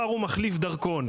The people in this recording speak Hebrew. תקרא לזה מספר אשרה,